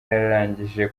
yarangije